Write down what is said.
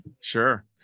sure